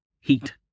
Heat